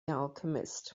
alchemist